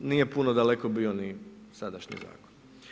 Nije puno daleko bio ni sadašnji zakon.